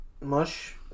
mush